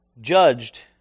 judged